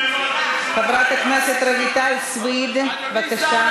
חברת הכנסת רויטל סויד, בבקשה.